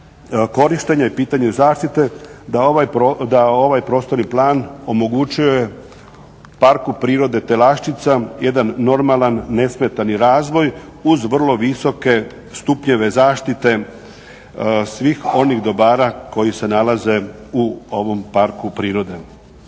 korištenja i pitanja zaštite da ovaj prostorni plan omogućuje Parku prirode Telaščica jedan normalan, nesmetani razvoj uz vrlo visoke stupnjeve zaštite svih onih dobara koji se nalaze u ovom parku prirode.